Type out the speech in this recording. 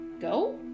Go